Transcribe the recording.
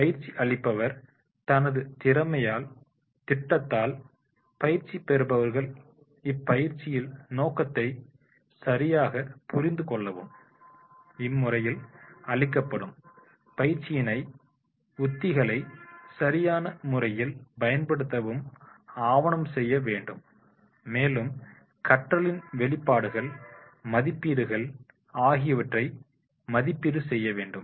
பயிற்சி அளிப்பவர் தனது திறமையால் திட்டத்தால் பயிற்சி பெறுபவர்கள் இப்பயிற்சியின் நோக்கத்தை சரியாக புரிந்து கொள்ளவும் இம்முறையில் அளிக்கப்படும் பயிற்சிகளை உத்திகளை சரியான முறையில் பயன்படுத்தவும் ஆவணம் செய்ய வேண்டும் மேலும் கற்றலின் வெளிப்பாடுகள் மதிப்பீடுகள் ஆகியவற்றை மதிப்பீடு செய்ய வேண்டும்